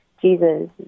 Jesus